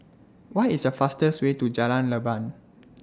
What IS The fastest Way to Jalan Leban